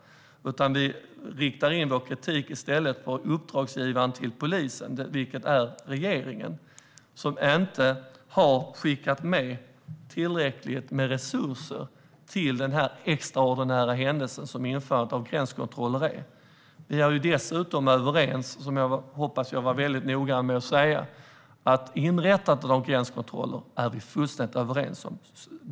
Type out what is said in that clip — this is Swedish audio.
Vi riktar i stället vår kritik mot polisens uppdragsgivare, vilket är regeringen, som inte skickade med tillräckligt med resurser för den extraordinära händelse som införandet av gränskontroller innebär. Som jag hoppas att jag var noggrann med att säga är vi dessutom fullständigt överens om inrättandet av gränskontroller.